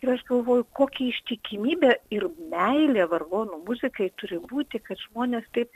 ir aš galvoju kokia ištikimybė ir meilė vargonų muzikai turi būti kad žmonės taip